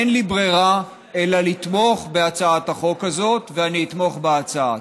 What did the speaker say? אין לי ברירה אלא לתמוך בהצעה הזאת ואני אתמוך בהצעה.